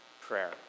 prayer